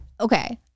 Okay